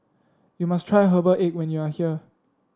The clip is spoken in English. you must try Herbal Egg when you are here